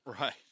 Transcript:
Right